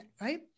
right